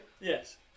Yes